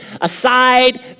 aside